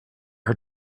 her